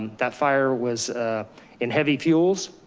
that fire was in heavy fuels.